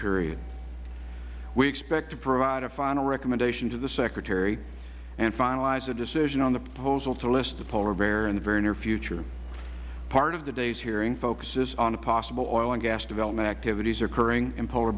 period we expect to provide a final recommendation to the secretary and finalize a decision on the proposal to list the polar bear in the very near future part of today's hearing focuses on the possible oil and gas development activities occurring in polar